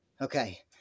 Okay